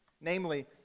Namely